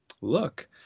look